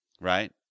right